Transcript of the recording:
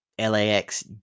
LAX